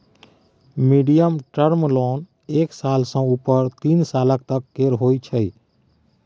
medium term loan एक साल सँ उपर तीन सालक तक केर होइ छै